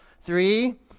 Three